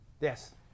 Yes